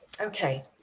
Okay